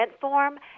form